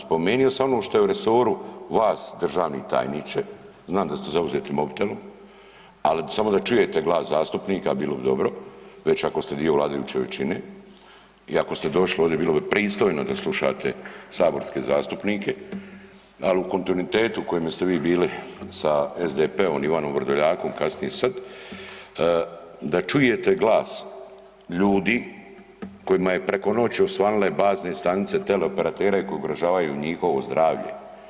Spomenuo sam ono što je u resoru vas državni tajniče, znam da ste zauzeti mobitelom, ali samo da čujete glas zastupnika, bilo bi dobro već ako ste dio vladajuće većine i ako ste došli ovdje bilo bi pristojno da slušate saborske zastupnike, ali u kontinuitetu u kojemu ste vi bili sa SDP-om Ivanom Vrdoljakom, kasnije i sad, da čujete glas ljudi koji je preko noći osvanule bazne stanice teleoperatera i koje ugrožavaju njihovo zdravlje.